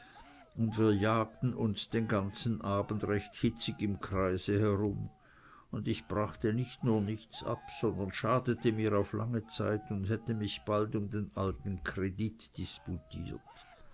und wir jagten uns den ganzen abend recht hitzig im kreise herum und ich brachte nicht nur nichts ab sondern schadete mir auf lange zeit und hätte mich bald um den alten kredit disputiert